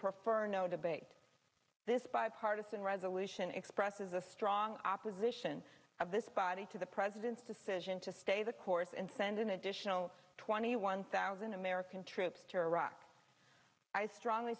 prefer no debate this bipartisan resolution expresses a strong opposition of this body to the president's decision to stay the course and send an additional twenty one thousand american troops to iraq i strongly